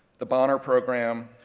the bonner program,